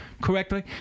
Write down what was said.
correctly